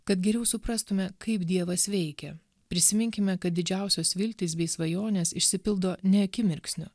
kad geriau suprastume kaip dievas veikia prisiminkime kad didžiausios viltys bei svajonės išsipildo ne akimirksniu